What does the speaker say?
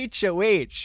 HOH